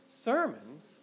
sermons